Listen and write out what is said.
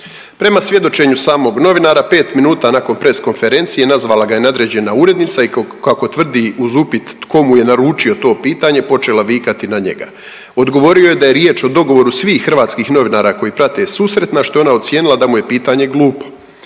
prema svjedočenju samog novinara, 5 minuta nakon press konferencije nazvala ga je naređena urednica i kako tvrdi, uz upit tko mu je naručio to pitanje, počela vikati na njega. Odgovorio je da je riječ o dogovoru svih hrvatskih novinara koji prate susret, na što je ona ocijenila da mu je pitanje glupo.